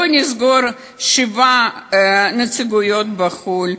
לא לסגור שבע נציגויות בחו"ל.